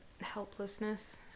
helplessness